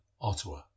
Ottawa